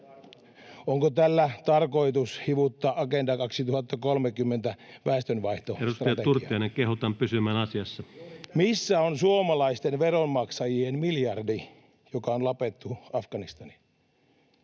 Onko tällä tarkoitus hivuttaa Agenda 2030 ‑väestönvaihtostrategiaa? Missä on suomalaisten veronmaksajien miljardi, joka on lapettu Afganistaniin?